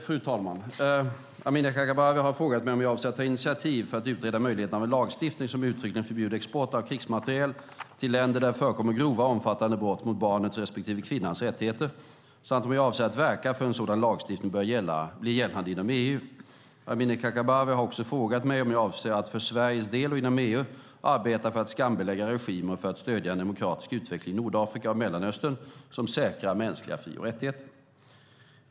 Fru talman! Amineh Kakabaveh har frågat mig om jag avser att ta initiativ för att utreda möjligheten av en lagstiftning som uttryckligen förbjuder export av krigsmateriel till länder där det förekommer grova och omfattande brott mot barnets respektive kvinnans rättigheter samt om jag avser att verka för att en sådan lagstiftning blir gällande inom EU. Amineh Kakabaveh har också frågat mig om jag avser att för Sveriges del och inom EU arbeta för att skambelägga regimer och för att stödja en demokratisk utveckling i Nordafrika och Mellanöstern som säkrar mänskliga fri och rättigheter.